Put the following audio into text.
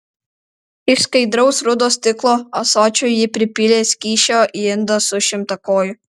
iš skaidraus rudo stiklo ąsočio ji pripylė skysčio į indą su šimtakoju